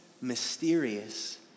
mysterious